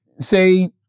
say